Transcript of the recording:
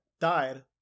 died